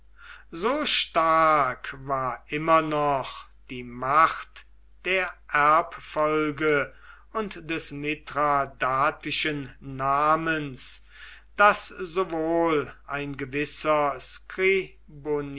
so stark war immer noch die macht der erbfolge und des mithradatischen namens daß sowohl ein gewisser